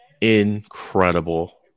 incredible